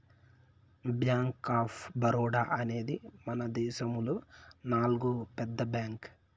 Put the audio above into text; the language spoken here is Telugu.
బ్యాంక్ ఆఫ్ బరోడా అనేది మనదేశములో నాల్గో పెద్ద బ్యాంక్